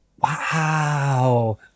Wow